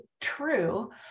true